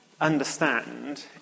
understand